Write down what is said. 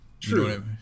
True